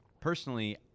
personally